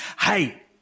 hey